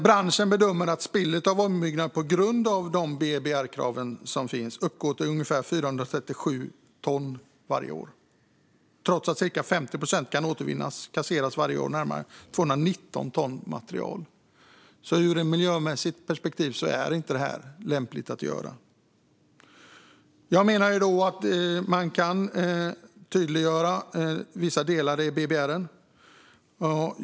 Branschen bedömer att spillet vid ombyggnation på grund av BBR-kraven uppgår till ungefär 437 ton varje år. Trots att cirka 50 procent kan återvinnas kasseras varje år närmare 219 ton material. Ur ett miljömässigt perspektiv är det alltså inte lämpligt att göra så här. Jag menar att BBR behöver förtydligas i vissa delar.